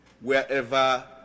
wherever